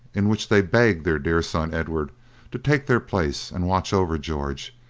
in which they begged their dear son edward to take their place and watch over george,